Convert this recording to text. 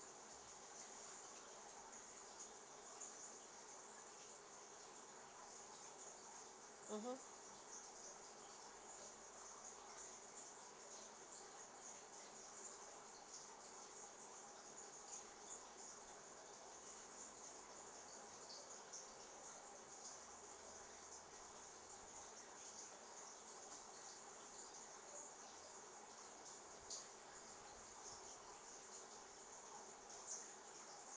mmhmm